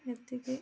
ଏତିକି